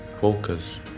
focus